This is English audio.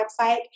website